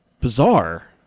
bizarre